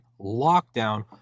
lockdown